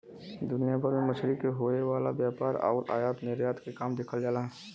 दुनिया भर में मछरी के होये वाला व्यापार आउर आयात निर्यात के काम देखल जाला